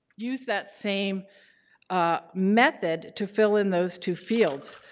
use that same ah method to fill in those two fields.